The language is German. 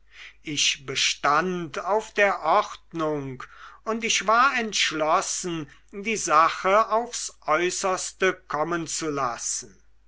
ich bestand auf der ordnung und ich war entschlossen die sache aufs äußerste kommen zu lassen